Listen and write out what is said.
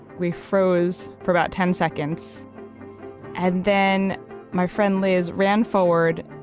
we froze for about ten seconds and then my friend liz ran forward.